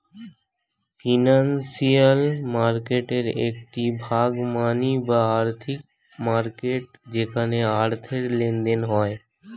financial মার্কেটের একটি ভাগ মানি বা আর্থিক মার্কেট যেখানে অর্থের লেনদেন হয়